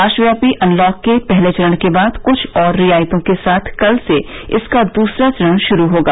राष्ट्रव्यापी अनलॉक के पहले चरण के बाद कुछ और रियायतों के साथ कल से इसका दूसरा चरण शुरू होगा